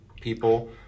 people